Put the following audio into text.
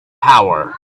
power